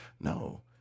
No